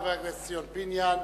חבר הכנסת ציון פיניאן,